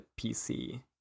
PC